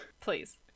Please